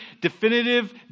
definitive